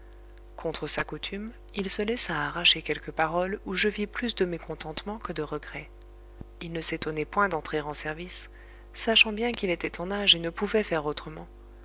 contre sa coutume il se laissa arracher quelques paroles où je vis plus de mécontentement que de regret il ne s'étonnait point d'entrer en service sachant bien qu'il était en âge et ne pouvait faire autrement